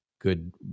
good